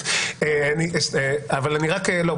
אבל לא,